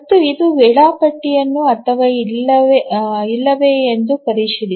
ಮತ್ತು ಇದು ವೇಳಾಪಟ್ಟಿ ಅಥವಾ ಇಲ್ಲವೇ ಎಂದು ಪರಿಶೀಲಿಸಿ